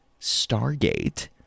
Stargate